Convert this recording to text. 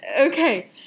Okay